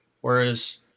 whereas